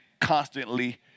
constantly